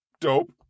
dope